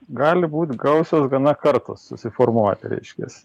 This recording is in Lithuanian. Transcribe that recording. gali būt gausios gana kartos susiformuoti reiškias